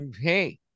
hey